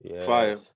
Fire